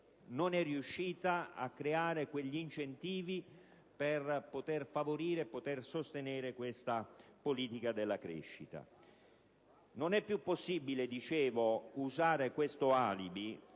non è riuscita a creare quegli incentivi per poter favorire e sostenere la politica della crescita. Non è più possibile, quindi, usare questo alibi,